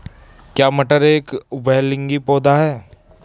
क्या मटर एक उभयलिंगी पौधा है?